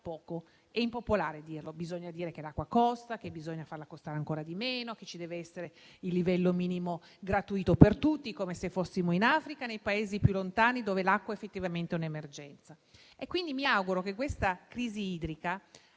poco. È impopolare dirlo. Bisogna invece dire che l'acqua costa, che bisogna farla costare ancora di meno, che ci deve essere il livello minimo gratuito per tutti, come se fossimo in Africa o nei Paesi più lontani dove l'acqua effettivamente è un'emergenza. Mi auguro che questa crisi idrica abbia